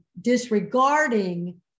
disregarding